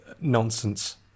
Nonsense